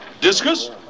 Discus